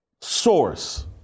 source